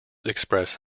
express